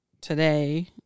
today